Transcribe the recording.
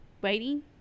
Waiting